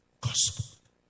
gospel